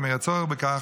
אם יראה צורך בכך,